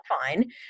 fine